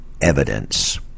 evidence